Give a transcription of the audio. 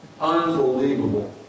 Unbelievable